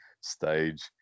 stage